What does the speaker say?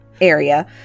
area